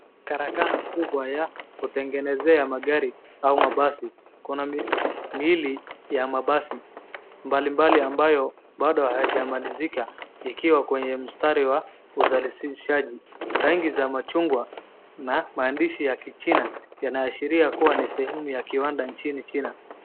Karakana kubwa ya kutengenezea magari au mabasi. Kuna miili ya mabasi mbalimbali ambayo bado hayajamalizika ikiwa kwenye mstari wa uzalishaji rangi za machungwa na maandisi ya Kichaina yanaashiria kuwa ni sehemu ya kiwanda nchini China .